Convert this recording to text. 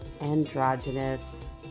androgynous